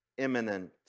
imminent